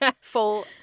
full